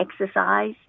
exercise